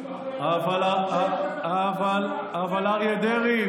אבל אריה דרעי,